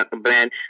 brand